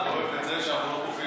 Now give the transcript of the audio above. ואוהב את זה שאנחנו לא כופים על אף אחד.